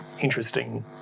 interesting